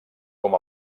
com